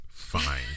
fine